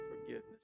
forgiveness